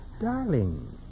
Darling